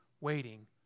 waiting